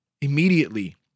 immediately